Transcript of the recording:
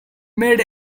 made